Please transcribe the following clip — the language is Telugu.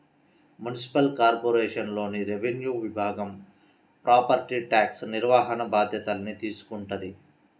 మునిసిపల్ కార్పొరేషన్లోని రెవెన్యూ విభాగం ప్రాపర్టీ ట్యాక్స్ నిర్వహణ బాధ్యతల్ని తీసుకుంటది